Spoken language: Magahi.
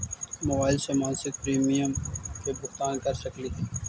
मोबाईल से मासिक प्रीमियम के भुगतान कर सकली हे?